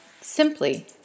Simply